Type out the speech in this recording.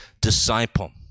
disciple